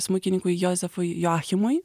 smuikininkui jozefui joachimui